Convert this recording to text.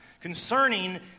concerning